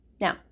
Now